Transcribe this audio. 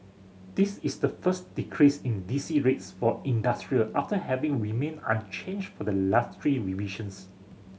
this is the first decrease in D C rates for industrial after having remained unchanged for the last three revisions